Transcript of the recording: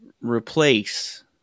replace